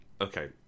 okay